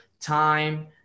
time